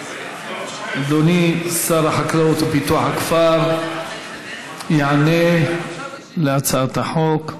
אדוני שר החקלאות ופיתוח הכפר יענה על הצעת החוק.